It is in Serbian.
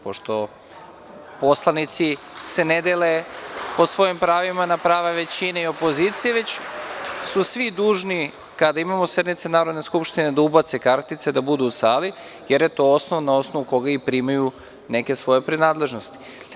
Pošto poslanici se ne dele po svojim pravima na prava većine i opozicije, već su svi dužni kada imamo sednice Narodne skupštine da ubace kartice, da budu u sali, jer je to osnov na osnovu kog primaju neke svoje prinadležnosti.